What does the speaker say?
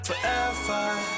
forever